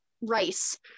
rice